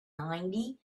ninety